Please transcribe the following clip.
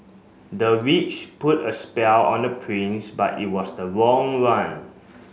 the witch put a spell on the prince but it was the wrong one